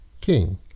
king